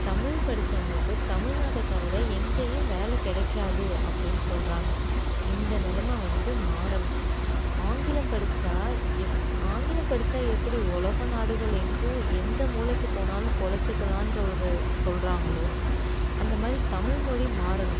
தமிழ் படித்தவங்களுக்கு தமிழ்நாட்டை தவிர எங்கேயும் வேலை கிடைக்காது அப்படின்னு சொல்கிறாங்க இந்த நிலைம வந்து மாறணும் ஆங்கிலம் படித்தா எப் ஆங்கிலம் படித்தா எப்படி உலக நாடுகள் எங்கும் எந்த மூலைக்கு போனாலும் பிழச்சிக்கலான்ற ஒரு சொல்கிறாங்களோ அந்த மாதிரி தமிழ்மொழி மாறணும்